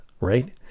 right